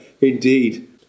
Indeed